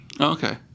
Okay